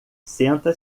senta